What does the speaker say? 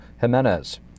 Jimenez